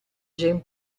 jean